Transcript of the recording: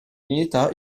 dignità